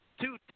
two